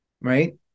right